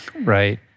Right